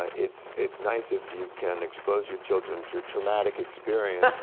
ah it's it's nice if you can expose your children to traumatic experiences